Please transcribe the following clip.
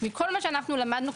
מכול מה שאנחנו למדנו,